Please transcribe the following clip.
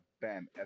bam